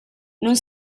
non